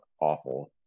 awful